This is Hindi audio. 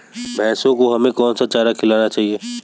भैंसों को हमें कौन सा चारा खिलाना चाहिए?